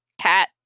cat